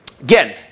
Again